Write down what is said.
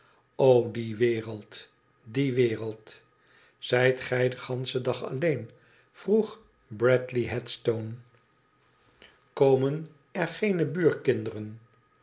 die wereld die wereld zijt gij den ganschen dag alleen vroeg bradley headstone komen t geene